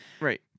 Right